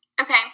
Okay